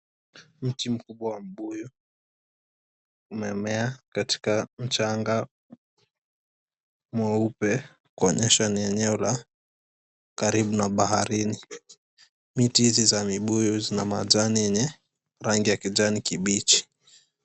Mti mkubwa wa mbuyu, umemea katika mchanga mweupe, kuonyesha ni eneo la karibu na baharini. Miti hizi za mibuyu zina majani yenye rangi ya kijani kibichi.